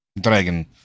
dragon